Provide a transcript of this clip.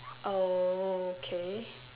oh okay